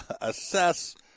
assess